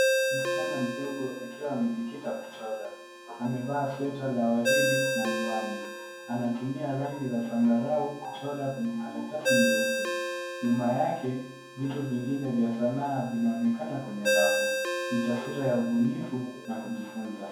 Msichana mdogo akiwa amejikita kwa kuchora amevaa sweta la waridi na miwani anatumia rangi ya zambarau kuchora kwenye karatasi nyeupe nyuma yake vitu vingine vya sanaa vinaonekana kwenye rafu ni taswira ya ubunifu na kujifunza.